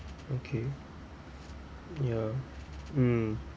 okay ya mm